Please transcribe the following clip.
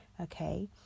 Okay